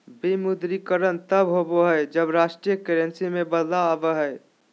विमुद्रीकरण तब होबा हइ, जब राष्ट्रीय करेंसी में बदलाव आबा हइ